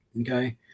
Okay